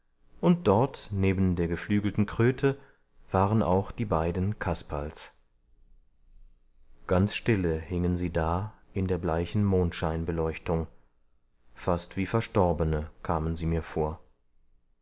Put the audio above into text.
und dort neben der geflügelten kröte waren auch die beiden kasperls ganz stille hingen sie da in der bleichen mondscheinbeleuchtung fast wie verstorbene kamen sie mir vor